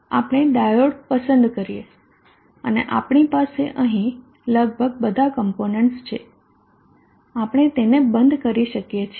આપણે ડાયોડ પસંદ કરીએ અને આપણી પાસે અહીં લગભગ બધાં કમ્પોનન્ટસ છે આપણે તેને બંધ કરી શકીએ છીએ